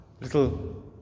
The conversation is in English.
little